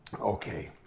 Okay